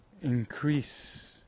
increase